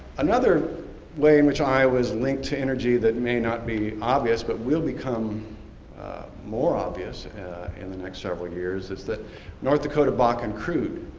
another way in which iowa's linked to energy that may not be obvious, but will become more obvious in the next several years, is that north dakota bakken crude